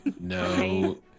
No